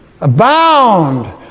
abound